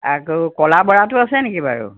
আকৌ কলা বৰাটো আছে নেকি বাৰু